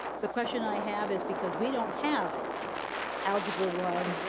the question i have is because we don't have algebra one,